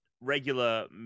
regular